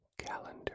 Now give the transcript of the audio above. calendar